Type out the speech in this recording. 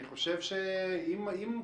אם,